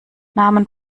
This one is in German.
namen